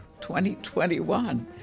2021